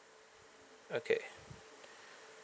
okay